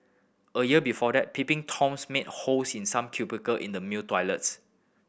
a year before that peeping Toms made holes in some cubicle in the male toilets